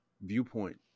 viewpoint